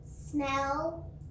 Smell